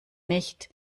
nicht